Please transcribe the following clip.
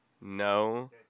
No